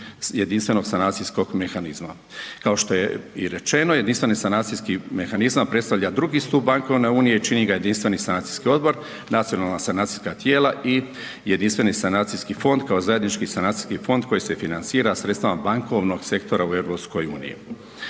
Jedinstvenog sanacijskog mehanizma. Kao što je i rečeno, Jedinstveni sanacijski mehanizam predstavlja drugi stup Bankovne unije i čini ga Jedinstveni sanacijski odbor, nacionalna sanacijska tijela i Jedinstveni sanacijski fond kao zajednički sanacijski fond koji se financira sredstvima bankovnog sektora u EU.